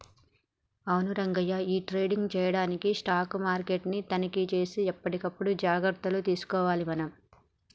అవును రంగయ్య ఈ ట్రేడింగ్ చేయడానికి స్టాక్ మార్కెట్ ని తనిఖీ సేసి ఎప్పటికప్పుడు జాగ్రత్తలు తీసుకోవాలి మనం